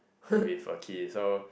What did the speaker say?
with a key so